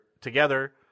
together